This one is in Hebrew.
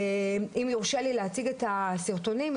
האם יורשה לי להציג את הסרטונים?